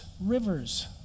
rivers